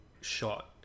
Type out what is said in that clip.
Shot